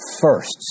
firsts